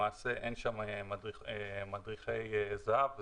למעשה אין שם מדריכי זה"ב.